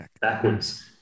backwards